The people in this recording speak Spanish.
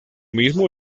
mismo